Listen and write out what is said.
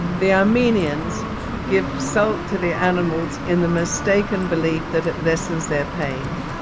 the armenians give salt to the animals in the mistaken belief that it lessens their pain.